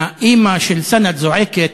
והאימא של סנד זועקת: